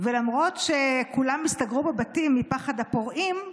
ולמרות שכולם הסתגרו בבתים מפחד הפורעים,